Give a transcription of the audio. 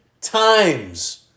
times